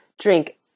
drink